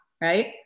Right